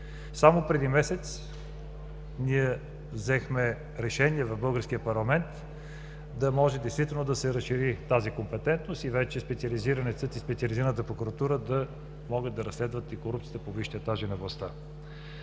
Само преди месец ние взехме решение в българския парламент да може действително да се разшири тази компетентност и вече Специализираният съд и Специализираната прокуратура да могат да разследват и корупцията по висшите етажи на властта.